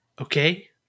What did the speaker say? Okay